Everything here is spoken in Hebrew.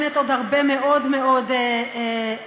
עוד באמת הרבה מאוד מאוד דוגמאות.